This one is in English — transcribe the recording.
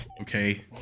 Okay